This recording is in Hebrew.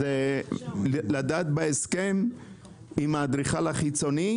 בהסכם עם האדריכל החיצוני,